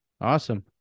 Awesome